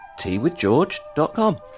teawithgeorge.com